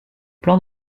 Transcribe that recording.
plans